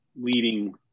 leading